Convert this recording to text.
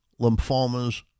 lymphomas